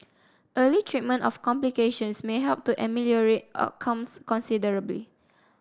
early treatment of complications may help to ameliorate outcomes considerably